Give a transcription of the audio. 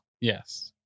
Yes